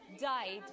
died